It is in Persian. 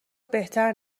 بهتر